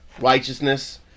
righteousness